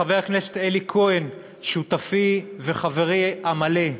שחבר הכנסת אלי כהן, שותפי וחברי המלא,